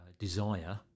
Desire